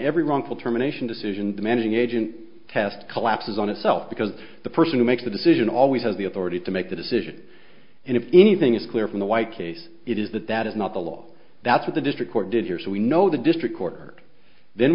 every wrongful termination decision demanding agent test collapses on itself because the person who makes the decision always has the authority to make the decision and if anything is clear from the white case it is that that is not the law that's what the district court did here so we know the district court then